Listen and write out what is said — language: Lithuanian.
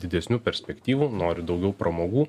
didesnių perspektyvų nori daugiau pramogų